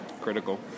Critical